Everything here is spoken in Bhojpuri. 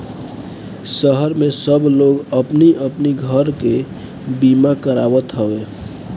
शहर में सब लोग अपनी अपनी घर के बीमा करावत हवे